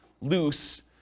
loose